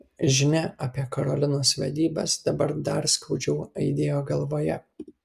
žinia apie karolinos vedybas dabar dar skaudžiau aidėjo galvoje